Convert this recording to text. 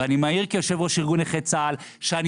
ואני מעיר כיושב ראש ארגון נכי צה"ל שאני